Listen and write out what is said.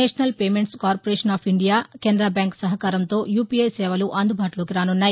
national payments corporation of India Canara bank సహకారంతో UPI సేవలు అందుబాటులోకి రానున్నాయి